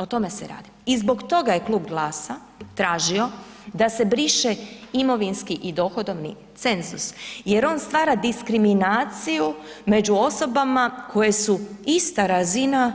O tome se radi i zbog toga je Klub GLAS-a tražio da se briše imovinski i dohodovni cenzus jer on stvara diskriminaciju među osobama koje su ista razina